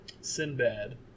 Sinbad